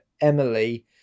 Emily